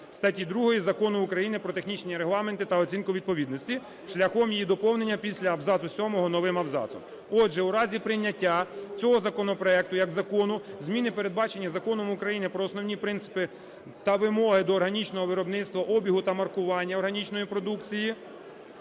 статті 2 Закону України "Про технічні регламенти та оцінку відповідності" шляхом її доповнення після абзацу сьомого новим абзацом. Отже, у разі прийняття цього законопроекту як закону зміни, передбачені Законом України "Про основні принципи та вимоги органічного виробництва, обігу та маркування органічної продукції",